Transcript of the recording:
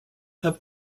have